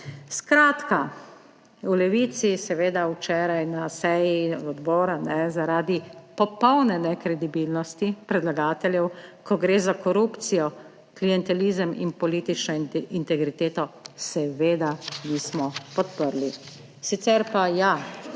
Skratka v Levici seveda včeraj na seji odbora zaradi popolne nekredibilnosti predlagateljev, ko gre za korupcijo, klientelizem in politično integriteto, seveda nismo podprli. Sicer pa ja,